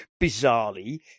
bizarrely